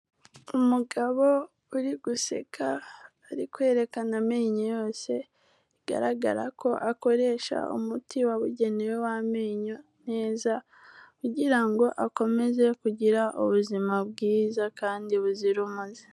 Umugabo uri guseka, ari kwerekana amenyo yose, bigaragara ko akoresha umuti wabugenewe w'amenyo neza, kugira ngo akomeze kugira ubuzima bwiza kandi buzira umuze.